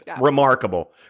remarkable